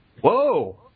Whoa